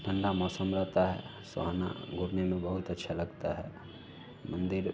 ठंडा मौसम रहता है सुहाना घूमने में बहुत अच्छा लगता है मंदिर